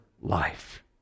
life